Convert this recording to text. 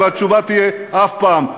והתשובה תהיה: אף פעם.